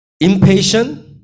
Impatient